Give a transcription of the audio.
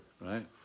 right